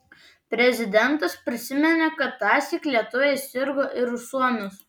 prezidentas prisiminė kad tąsyk lietuviai sirgo ir už suomius